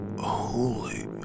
Holy